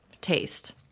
taste